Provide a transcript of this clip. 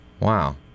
Wow